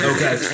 Okay